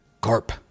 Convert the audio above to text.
Carp